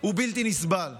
הוא בלתי נסבל.